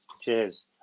Cheers